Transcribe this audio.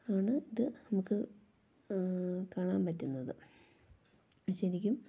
ആണ് ഇത് നമുക്ക് കാണാൻ പറ്റുന്നത് ശരിക്കും